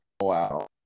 Wow